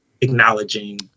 acknowledging